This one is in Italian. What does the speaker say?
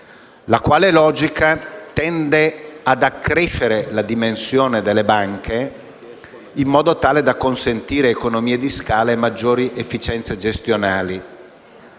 la quale tende ad accrescere la dimensione delle banche in modo tale da consentire economie di scala e maggiori efficienze gestionali